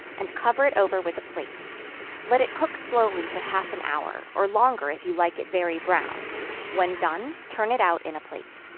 and cover it over with a plate let it cook slowly for half an hour, or longer if you like it very brown when done, turn it out in a plate.